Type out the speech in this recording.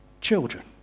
children